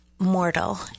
mortal